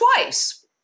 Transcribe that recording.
twice